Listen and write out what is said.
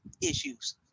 issues